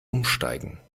umsteigen